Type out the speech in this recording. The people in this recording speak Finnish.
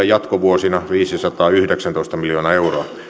jatkovuosina viisisataayhdeksäntoista miljoonaa euroa